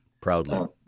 Proudly